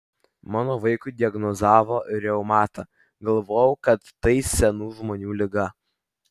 mano vaikui diagnozavo reumatą galvojau kad tai senų žmonių liga